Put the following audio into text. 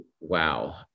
Wow